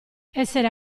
essere